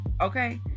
okay